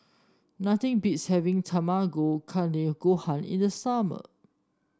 nothing beats having Tamago Kake Gohan in the summer